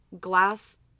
glass